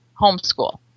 homeschool